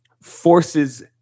forces